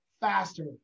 faster